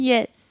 Yes